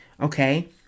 Okay